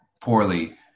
poorly